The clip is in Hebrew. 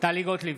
טלי גוטליב,